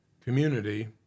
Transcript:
community